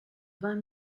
vingt